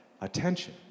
attention